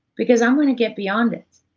because i'm gonna get beyond it.